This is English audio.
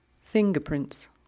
Fingerprints